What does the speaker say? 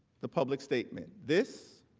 the public statement. this